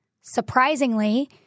surprisingly